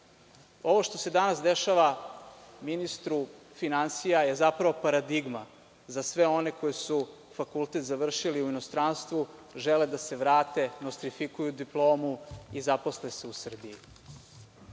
što se danas dešava ministru finansija je zapravo paradigma za sve one koji su fakultet završili u inostranstvu, žele da se vrate, nostrifikuju diplomu i zaposle se u Srbiji.